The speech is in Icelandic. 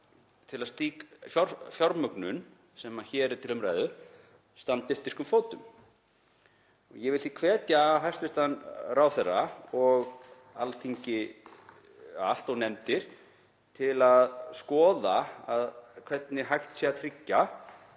til að slík fjármögnun sem hér er til umræðu standi styrkum fótum. Ég vil því hvetja hæstv. ráðherra og Alþingi allt og nefndir til að skoða hvernig hægt sé að tryggja